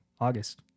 August